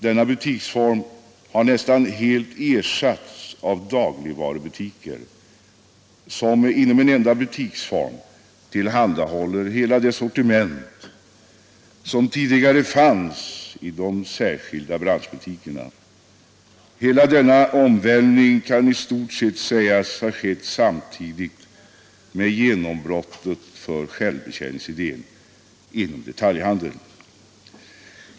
Dessa butiksformer har nästan helt ersatts av dagligvarubutiker som, inom en enda butiksform, tillhandahåller hela det sortiment som tidigare fanns i de särskilda branschbutikerna. Hela denna omvälvning kan i stort sett sägas ha skett samtidigt med genombrottet för självbetjäningsidén inom detaljhandeln.